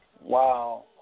wow